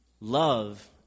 Love